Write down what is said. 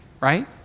right